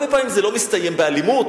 הרבה פעמים זה לא מסתיים באלימות